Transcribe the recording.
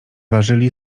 ważyli